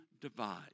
divide